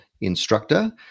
instructor